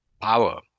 power